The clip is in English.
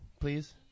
Please